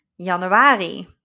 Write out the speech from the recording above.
januari